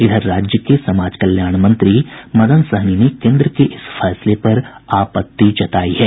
इधर राज्य के समाज कल्याण मंत्री मदन सहनी ने केन्द्र के इस फैसले पर आपत्ति जतायी है